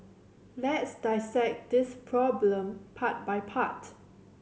let's dissect this problem part by part